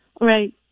Right